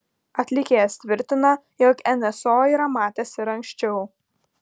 atlikėjas tvirtina jog nso yra matęs ir anksčiau